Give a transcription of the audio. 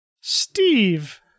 Steve